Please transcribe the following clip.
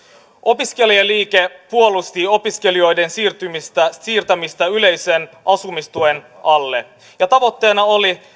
opiskelijaliike puolusti opiskelijoiden siirtämistä yleisen asumistuen alle ja tavoitteena oli